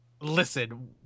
Listen